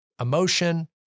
emotion